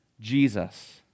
Jesus